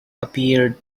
appeared